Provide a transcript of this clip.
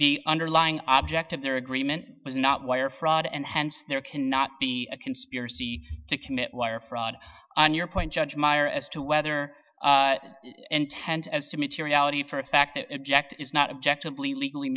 the underlying object of their agreement was not wire fraud and hence there cannot be a conspiracy to commit wire fraud on your point judge meyer as to whether intent as to materiality for a fact that object is not objective legally